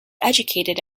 educated